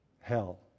Hell